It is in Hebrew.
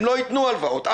הם לא ייתנו הלוואות.